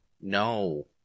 No